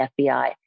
FBI